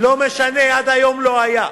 לא משנה, עד היום לא היה.